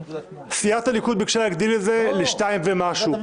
סיעת הליכוד ביקשה להגדיל את זה ל-2 ומשהו,